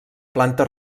planta